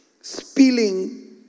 spilling